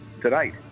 tonight